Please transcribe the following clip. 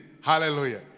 Hallelujah